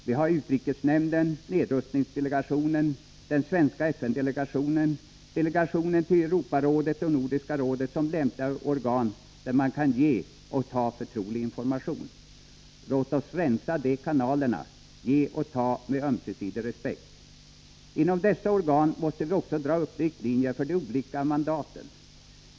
Vi har utrikesnämnden, nedrustningsdelegationen, den svenska FN-delegationen, delegationen till Europarådet och Nordiska rådet som lämpliga organ, där man kan ge och ta förtrolig information. Låt oss rensa de kanalerna, ge och ta med ömsesidig respekt. Inom dessa organ måste vi också dra upp riktlinjer för de olika mandaten.